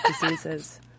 diseases